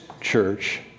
church